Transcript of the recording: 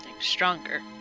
stronger